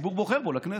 הציבור בוחר בו לכנסת.